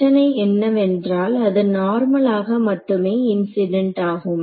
பிரச்சனை என்னவென்றால் அது நார்மலாக மட்டுமே இன்சிடென்ட் ஆகும்